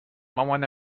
مامان